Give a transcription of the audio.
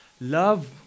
love